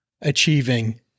achieving